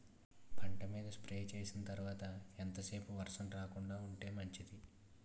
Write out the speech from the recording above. పంట మీద స్ప్రే చేసిన తర్వాత ఎంత సేపు వర్షం రాకుండ ఉంటే మంచిది?